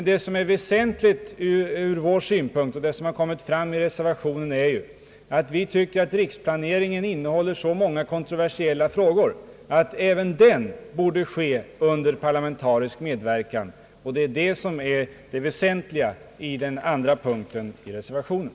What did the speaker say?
Det som är väsentligt ur vår synpunkt och som har framhållits i reservationen är att vi anser att riksplaneringen innehåller så många kontroversiella frågor att även den bör ske under parlamentarisk medverkan. Det är det som är det väsentliga i den andra punkten i reservationen.